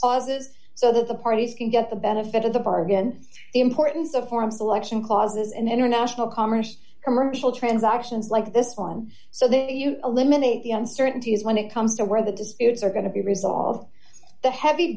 oz's so that the parties can get the benefit of the bargain the importance of form selection causes and international commerce commercial transactions like this one so that you eliminate the uncertainties when it comes to where the disputes are going to be resolved the heavy